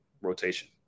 rotation